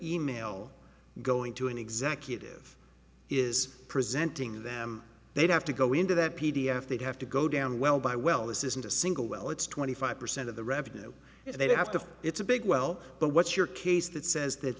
email going to an executive is presenting them they'd have to go into that p d f they'd have to go down well by well this isn't a single well it's twenty five percent of the revenue if they don't have to it's a big well but what's your case that says that